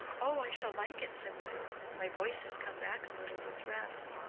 oh, i shall like it, said mirah. my voice has come back a little with rest.